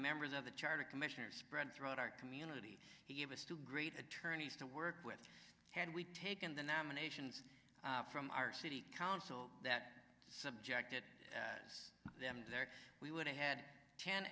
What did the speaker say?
members of the charter commissioners spread throughout our community he gave us two great attorneys to work with had we taken the nominations from our city council that subject it was them there we would have had ten